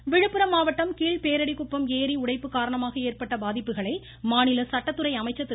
சண்முகம் விழுப்புரம் மாவட்டம் கீழ்பேரடி குப்பம் ஏரி உடைப்பு காரணமாக ஏற்பட்ட பாதிப்புகளை மாநில சட்டத்துறை அமைச்சர் திரு